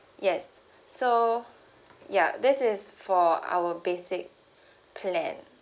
yes so ya this is for our basic plan